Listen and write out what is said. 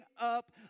up